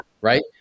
right